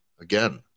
Again